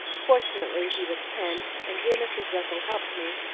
fortunately he was ten, and dear mrs. russell helped me,